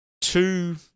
two